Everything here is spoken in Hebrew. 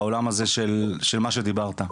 בעולם הזה של מה שדיברת.